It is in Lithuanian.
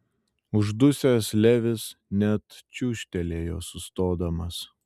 uždusęs levis net čiūžtelėjo sustodamas